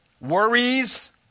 Worries